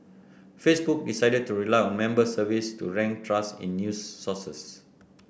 Facebook decided to rely on member surveys to rank trust in news sources